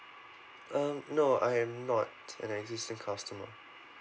um no I am not an existing customer